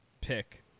pick